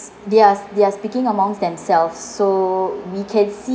they're they're speaking amongst themselves so we can see